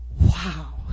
wow